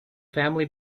family